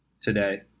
today